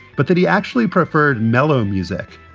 but that he actually preferred mellow music,